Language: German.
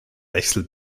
wechsel